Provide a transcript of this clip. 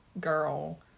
girl